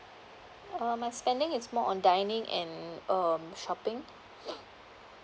uh my spending is more on dining and um shopping